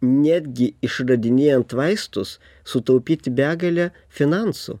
netgi išradinėjant vaistus sutaupyti begalę finansų